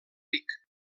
ric